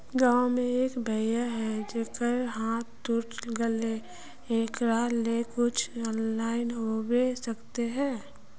गाँव में एक भैया है जेकरा हाथ टूट गले एकरा ले कुछ ऑनलाइन होबे सकते है?